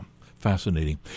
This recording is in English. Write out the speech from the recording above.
Fascinating